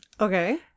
Okay